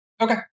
Okay